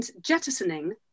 jettisoning